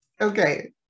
Okay